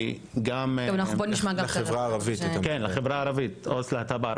אני ערכתי במהלך הקריירה, אני לא